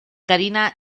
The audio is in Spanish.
karina